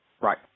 Right